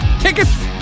Tickets